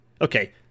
Okay